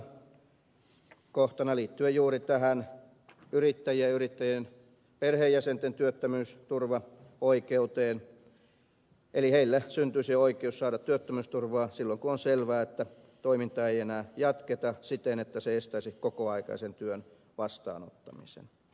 kolmantena kohtana liittyen juuri tähän yrittäjien ja yrittäjien perheenjäsenten työttömyysturvaoikeuteen heille syntyisi oikeus saada työttömyysturvaa silloin kun on selvää että toimintaa ei enää jatketa siten että se estäisi kokoaikaisen työn vastaanottamisen